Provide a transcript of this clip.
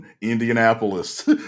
indianapolis